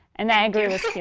and i agree with him.